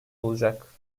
olacak